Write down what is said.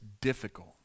difficult